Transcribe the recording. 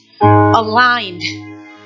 aligned